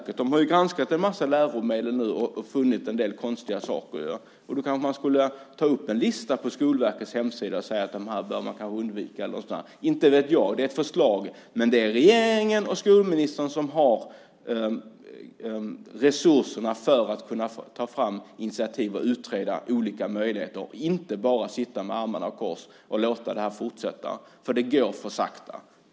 Skolverket har nu granskat en mängd läromedel och funnit en del konstiga saker. Då kanske man skulle sätta upp en lista på Skolverkets hemsida och säga: Dessa bör man kanske undvika, inte vet jag. Det är ett förslag. Men det är regeringen och skolministern som har resurserna för att kunna ta fram initiativ och utreda olika möjligheter. Man kan inte bara sitta med armarna i kors och låta det fortsätta. Det går för sakta.